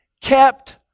kept